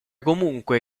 comunque